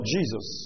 Jesus